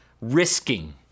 risking